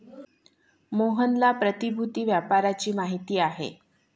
मोहनला प्रतिभूति व्यापाराची माहिती आहे